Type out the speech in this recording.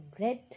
red